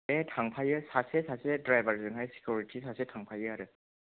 बे थांफायो सासे सासे द्रायबारजोंहाय सेखिउरिथि सासे थांफायो आरो